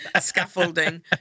Scaffolding